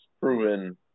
proven –